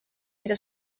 mida